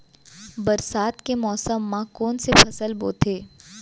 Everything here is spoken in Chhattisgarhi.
बरसात के मौसम मा कोन से फसल बोथे?